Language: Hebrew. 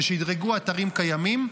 ששדרגו אתרים קיימים,